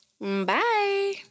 bye